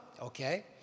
okay